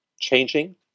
changing